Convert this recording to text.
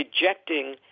rejecting